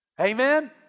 Amen